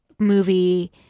movie